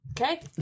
Okay